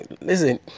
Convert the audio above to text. listen